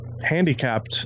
handicapped